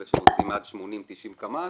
אלה של כמעט 90-80 קמ"ש